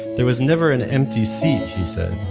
there was never an empty seat, she said.